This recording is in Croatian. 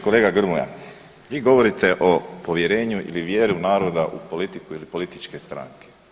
Kolega Grmoja, vi govorite o povjerenju ili vjeri u naroda u politiku ili političke stranke.